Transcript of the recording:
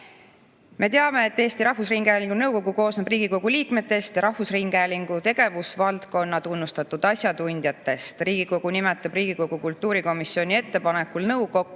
teame, et Eesti Rahvusringhäälingu nõukogu koosneb Riigikogu liikmetest ja rahvusringhäälingu tegevusvaldkonna tunnustatud asjatundjatest. Riigikogu nimetab Riigikogu kultuurikomisjoni ettepanekul nõukokku